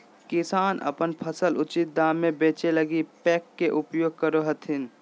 किसान अपन फसल उचित दाम में बेचै लगी पेक्स के उपयोग करो हथिन